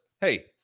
hey